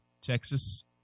Texas